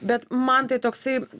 bet man tai toksai